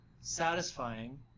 satisfying